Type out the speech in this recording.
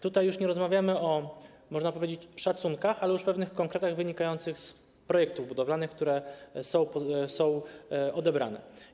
Tutaj nie rozmawiamy o, można powiedzieć, szacunkach, ale już o pewnych konkretach wynikających z projektów budowlanych, które są odebrane.